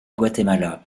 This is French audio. guatemala